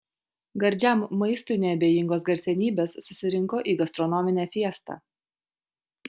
gardžiam maistui neabejingos garsenybės susirinko į gastronominę fiestą